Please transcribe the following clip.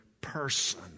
person